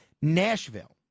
Nashville